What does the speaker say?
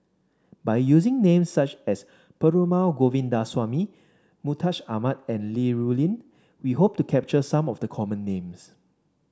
by using names such as Perumal Govindaswamy Mustaq Ahmad and Li Rulin we hope to capture some of the common names